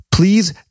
Please